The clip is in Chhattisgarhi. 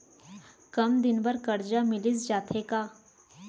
कम दिन बर करजा मिलिस जाथे का?